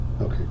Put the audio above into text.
Okay